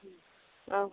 औ